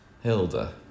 Hilda